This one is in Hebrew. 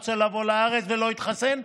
ורוצה לבוא לארץ ולא התחסן,